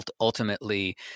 ultimately